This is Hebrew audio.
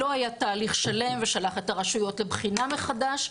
לא היה תהליך שלם ושלח את הרשויות לבחינה מחדש,